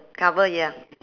cover ya